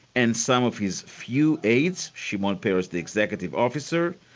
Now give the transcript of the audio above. and some of his few aides, shimon peres, the executive officer,